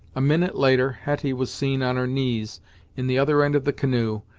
a minute later, hetty was seen on her knees in the other end of the canoe,